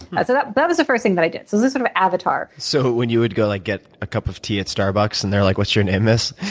so that but was the first thing that i did so this sort of avatar. so when you would go like get a cup of tea at starbucks, and they're like, what's your name, miss?